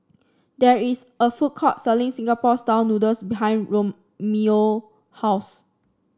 there is a food court selling Singapore style noodles behind Romello house